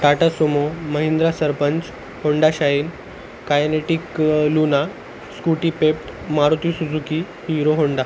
Tata Sumo Mahindra Sarpanch Honda Shine Kinetic Luna Scooty Pep Maruti Suzuki Hero Honda